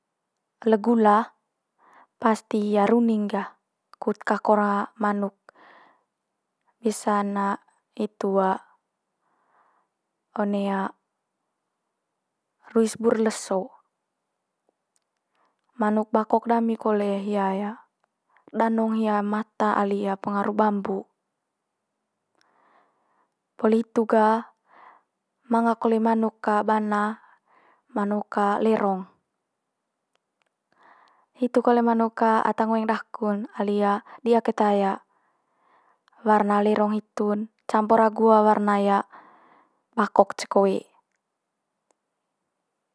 Le gula pasti hia runing ga kut kakor manuk. Manuk bakok dami kole hia danong hia mata ali pengaru bambo. Poli hitu gah manga kole manuk bana manuk lerong. Hitu kole manuk ata ngoeng daku'n. Ali dia keta warna lerong hitu'n campur agu warna bakok cekoe